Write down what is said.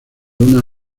una